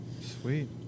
Sweet